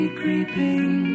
creeping